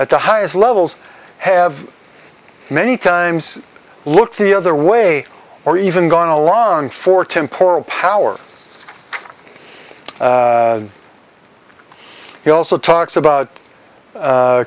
at the highest levels have many times looked the other way or even gone along for temporal power he also talks about